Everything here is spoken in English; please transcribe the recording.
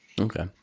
Okay